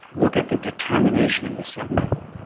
look at the determination in this young lady.